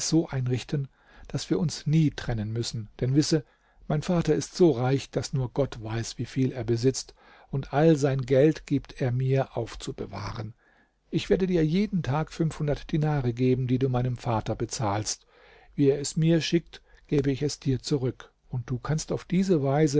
so einrichten daß wir uns nie trennen müssen denn wisse mein vater ist so reich daß nur gott weiß wieviel er besitzt und all sein geld gibt er mir aufzubewahren ich werde dir jeden tag fünfhundert dinare geben die du meinem vater bezahlst wie er es mir schickt gebe ich es dir zurück und du kannst auf diese weise